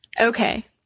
Okay